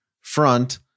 front